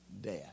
death